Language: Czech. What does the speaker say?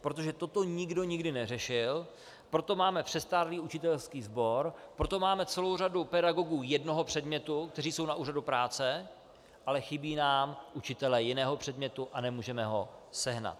protože toto nikdo nikdy neřešil, proto máme přestárlý učitelský sbor, proto máme celou řadu pedagogů jednoho předmětu, kteří jsou na úřadu práce, ale chybí nám učitel jiného předmětu a nemůžeme ho sehnat.